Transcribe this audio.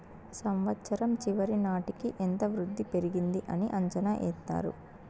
సంవచ్చరం చివరి నాటికి ఎంత వృద్ధి పెరిగింది అని అంచనా ఎత్తారు